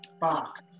box